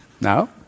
No